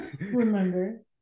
Remember